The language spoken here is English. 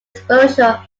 exposure